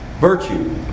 virtue